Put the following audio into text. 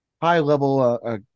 high-level